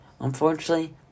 Unfortunately